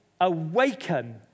awaken